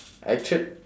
actua~